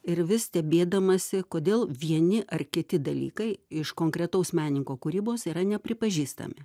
ir vis stebėdamasi kodėl vieni ar kiti dalykai iš konkretaus menininko kūrybos yra nepripažįstami